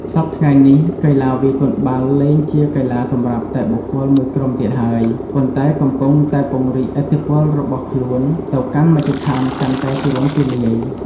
សព្វថ្ងៃនេះ កីឡាវាយកូនបាល់លែងជាកីឡាសម្រាប់តែបុគ្គលមួយក្រុមទៀតហើយ ប៉ុន្តែកំពុងតែពង្រីកឥទ្ធិពលរបស់ខ្លួនទៅកាន់មជ្ឈដ្ឋានកាន់តែទូលំទូលាយ។